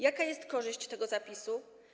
Jaka jest korzyść z tego zapisu?